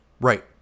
right